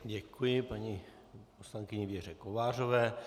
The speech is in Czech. Děkuji paní poslankyni Věře Kovářové.